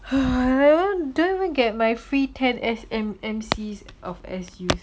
!wah! then don't even get my free ten S_M_M_C of S_U